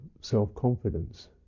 self-confidence